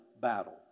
battle